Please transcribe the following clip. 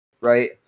right